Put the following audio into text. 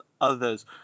others